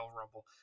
Rumble